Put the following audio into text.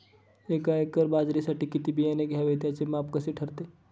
एका एकर बाजरीसाठी किती बियाणे घ्यावे? त्याचे माप कसे ठरते?